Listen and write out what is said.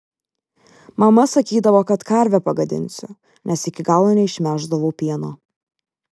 mama sakydavo kad karvę pagadinsiu nes iki galo neišmelždavau pieno